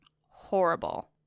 horrible